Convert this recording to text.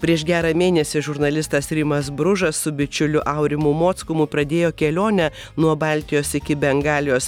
prieš gerą mėnesį žurnalistas rimas bružas su bičiuliu aurimu mockumu pradėjo kelionę nuo baltijos iki bengalijos